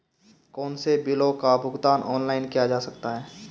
कौनसे बिलों का भुगतान ऑनलाइन किया जा सकता है?